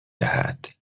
دهد